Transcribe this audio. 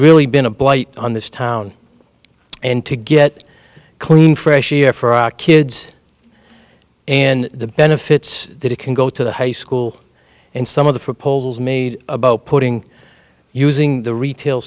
really been a blight on this town and to get clean fresh air for our kids and the benefits that it can go to the high school and some of the proposals made about putting using the retail